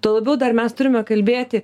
tuo labiau dar mes turime kalbėti